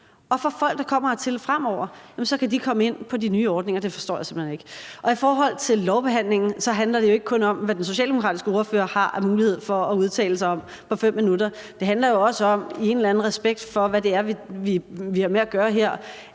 og folk, der kommer hertil fremover, kan komme ind på de nye ordninger? Det forstår jeg simpelt hen ikke. I forhold til lovbehandlingen handler det jo ikke kun om, hvad den socialdemokratiske ordfører har mulighed for at udtale sig om på 5 minutter. Det handler jo også om i en eller anden respekt for, hvad det er, vi har med at gøre her,